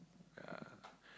yeah